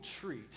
treat